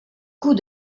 cou